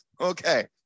okay